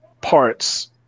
parts